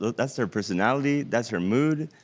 that's their personality, that's her mood,